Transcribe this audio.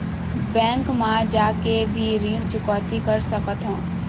Bank मा जाके भी ऋण चुकौती कर सकथों?